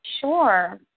Sure